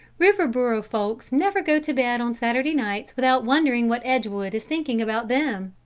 riverboro folks never go to bed on saturday nights without wondering what edgewood is thinking about them!